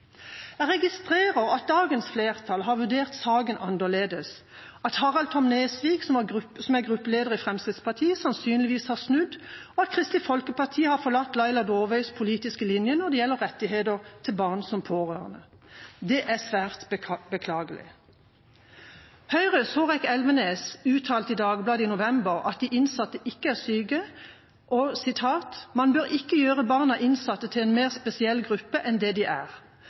Jeg registrer at dagens flertall har vurdert saken annerledes, at Harald Tom Nesvik, som er gruppeleder i Fremskrittspartiet, sannsynligvis har snudd, og at Kristelig Folkeparti har forlatt Laila Dåvøys politiske linje når det gjelder rettigheter til barn som pårørende. Det er svært beklagelig. Høyres Hårek Elvenes uttalte i Dagbladet i desember at de innsatte ikke er syke. Videre uttalte han: «Man bør ikke gjøre barn av innsatte til en mer spesiell gruppe enn det de er.